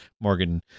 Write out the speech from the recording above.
Morgan